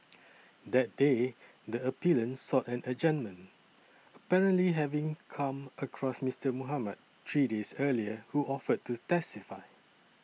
that day the appellant sought an adjournment apparently having come across Mister Mohamed three days earlier who offered to testify